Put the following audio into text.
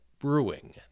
Brewing